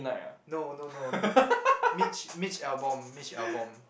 no no no Mitch Mitch-Albom Mitch-Albom